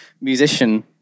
musician